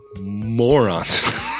morons